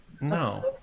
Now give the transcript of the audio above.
no